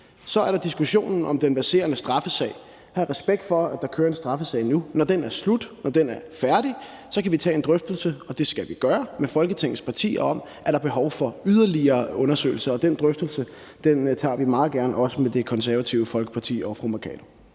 Så er der diskussionen om den verserende straffesag. Jeg har respekt for, at der kører en straffesag nu. Når den er færdig, kan vi tage en drøftelse, og det skal vi gøre, med Folketingets partier om, om der er behov for yderligere undersøgelser. Den drøftelse tager vi meget gerne også med Det Konservative Folkeparti og fru Mai Mercado.